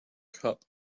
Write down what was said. cup